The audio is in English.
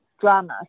dramas